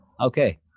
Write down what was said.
okay